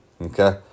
okay